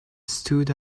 stood